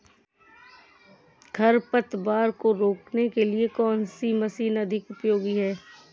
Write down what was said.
खरपतवार को रोकने के लिए कौन सी मशीन अधिक उपयोगी है?